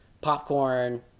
popcorn